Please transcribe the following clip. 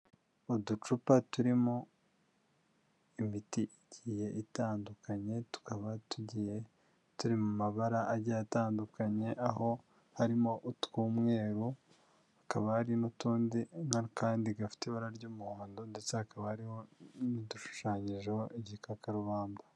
Uducupa turimo imiti igiye itandukanye tukaba tugiye turi mu mabara agiye atandukanye aho harimo utw'umweru hakaba hari n'utundi n'akandi gafite ibara ry'umuhondo ndetse hakaba hari n'udushushanyijeho igikakarubanda.